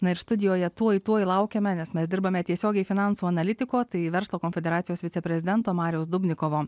na ir studijoje tuoj tuoj laukiame nes mes dirbame tiesiogiai finansų analitiko tai verslo konfederacijos viceprezidento mariaus dubnikovo